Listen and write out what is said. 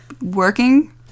Working